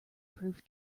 proof